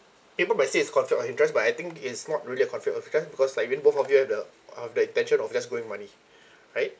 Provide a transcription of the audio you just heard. people might say it's conflict of interest but I think it's not really a conflict of interest because like really both of you have the uh the intention of just growing money right